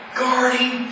guarding